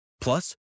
Plus